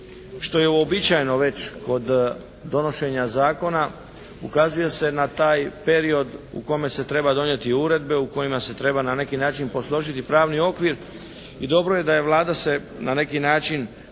što je uobičajeno već kod donošenja zakona ukazuje se na taj period u kome se treba donijeti uredbe u kojima se treba na neki način posložiti pravni okvir i dobro je da je Vlada se na neki način odlučila